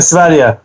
Sverige